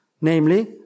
namely